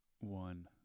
one